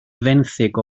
fenthyg